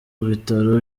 bitaro